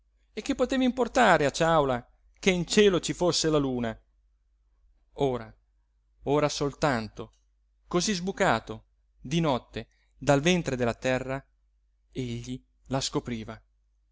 e che poteva importare a ciàula che in cielo ci fosse la luna ora ora soltanto cosí sbucato di notte dal ventre della terra egli la scopriva